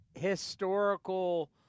historical